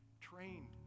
trained